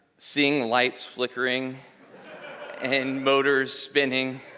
seeing lights flickering and motors spinning,